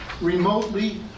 remotely